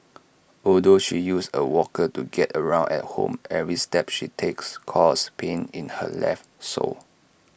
although she uses A walker to get around at home every step she takes causes pain in her left sole